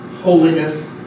holiness